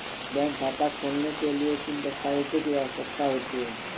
Bank खाता खोलने के लिए किन दस्तावेजों की आवश्यकता होती है?